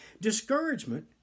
Discouragement